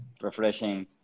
refreshing